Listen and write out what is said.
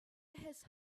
his